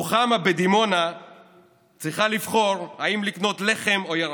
רוחמה בדימונה צריכה לבחור אם לקנות לחם או ירקות,